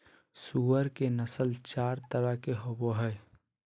सूअर के नस्ल चार तरह के होवो हइ